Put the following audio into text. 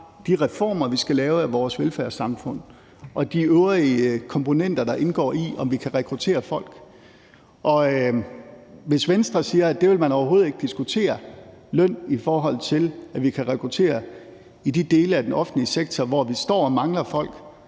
de reformer, vi skal lave af vores velfærdssamfund og af de øvrige komponenter, der indgår i, hvordan vi kan rekruttere folk. Hvis Venstre siger, at det vil man overhovedet ikke diskutere, altså diskutere løn i forhold til rekruttering til de dele af den offentlige sektor, hvor vi står og mangler folk,